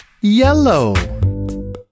Yellow